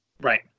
Right